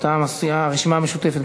מטעם הרשימה המשותפת,